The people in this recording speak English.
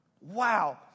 Wow